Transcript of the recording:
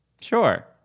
sure